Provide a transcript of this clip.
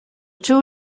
two